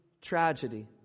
tragedy